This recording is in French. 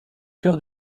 cœur